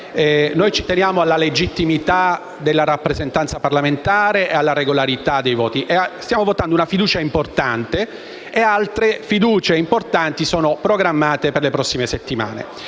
noi teniamo alla legittimità della rappresentanza parlamentare e alla regolarità dei voti. Stiamo votando una fiducia importante e altre fiducie importanti sono programmate per le prossime settimane.